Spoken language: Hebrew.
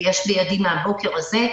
ויש לי נתונים מן הבוקר הזה: